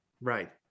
right